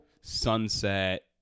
sunset